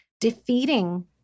defeating